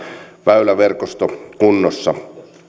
väyläverkosto kunnossa